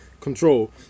control